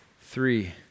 three